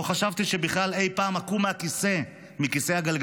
לא חשבתי שבכלל אי-פעם אקום מכיסא הגלגלים.